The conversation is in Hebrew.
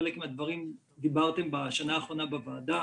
על חלק מן הדברים דיברתם בשנה האחרונה בוועדה.